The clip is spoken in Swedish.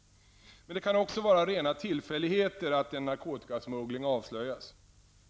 Men det kan också vara rena tillfälligheter att en narkotikasmuggling avslöjas.